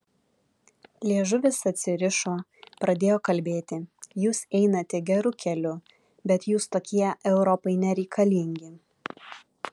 liežuvis atsirišo pradėjo kalbėti jūs einate geru keliu bet jūs tokie europai nereikalingi